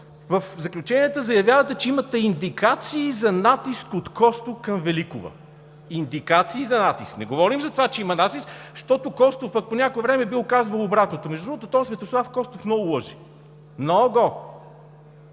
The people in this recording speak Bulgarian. в заключенията заявявате, че „имате индикации за натиск от Костов към Великова“. „Индикации за натиск!“ Не говорим за това, че има натиск, защото Костов по някое време бил казвал обратното. Между другото, този Светослав Костов много лъже. Много!